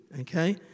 okay